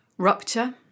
rupture